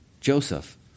Joseph